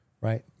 right